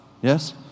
yes